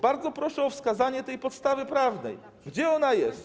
Bardzo proszę o wskazanie tej podstawy prawnej, gdzie ona jest.